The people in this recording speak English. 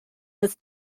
this